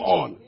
on